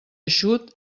eixut